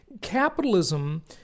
Capitalism